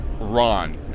Ron